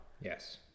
Yes